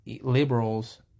liberals